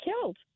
killed